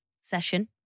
session